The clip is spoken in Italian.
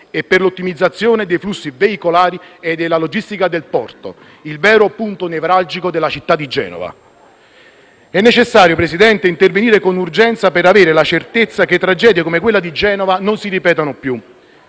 e per l'ottimizzazione dei flussi veicolari e della logistica del porto: il vero punto nevralgico della città di Genova. È necessario, Signor Presidente, intervenire con urgenza per avere la certezza che tragedie come quella di Genova non si ripetano più.